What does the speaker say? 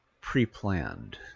pre-planned